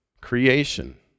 creation